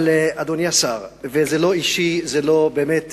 אבל, אדוני השר, זה לא אישי, זה לא, באמת,